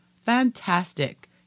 Fantastic